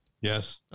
Yes